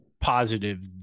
positive